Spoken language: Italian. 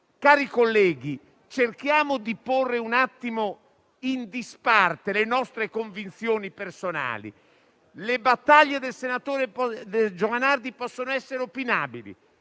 Cari colleghi, cerchiamo di mettere da parte le nostre convinzioni personali. Le battaglie del senatore Giovanardi possono essere opinabili,